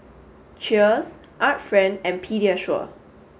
Cheers Art Friend and Pediasure